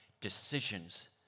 decisions